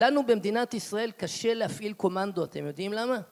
לנו במדינת ישראל קשה להפעיל קומנדו, אתם יודעים למה?